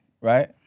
right